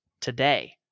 today